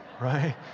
Right